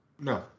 No